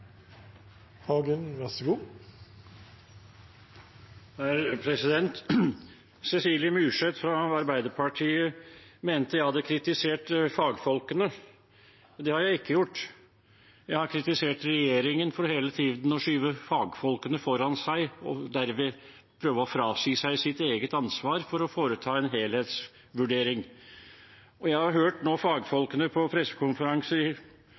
Cecilie Myrseth, fra Arbeiderpartiet, mente jeg hadde kritisert fagfolkene. Det har jeg ikke gjort. Jeg har kritisert regjeringen for hele tiden å skyve fagfolkene foran seg og derved prøve å frasi seg sitt eget ansvar for å foreta en helhetsvurdering. Jeg har nå hørt fagfolkene på pressekonferanser